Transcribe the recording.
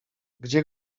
gdzie